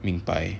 明白